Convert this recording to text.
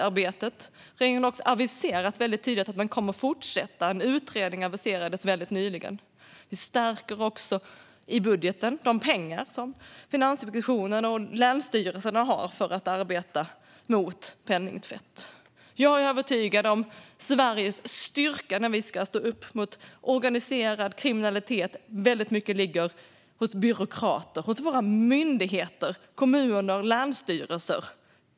Regeringen fortsätter arbetet, och en utredning aviserades nyligen. I budgeten förstärks också anslagen till Finansinspektionens och länsstyrelsernas arbete mot penningtvätt. Jag är övertygad om att Sveriges styrka i kampen mot organiserad kriminalitet ligger hos byråkraterna på våra myndigheter, kommuner och länsstyrelser.